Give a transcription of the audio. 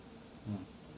mm